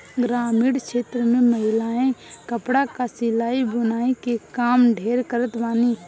ग्रामीण क्षेत्र में महिलायें कपड़ा कअ सिलाई बुनाई के काम ढेर करत बानी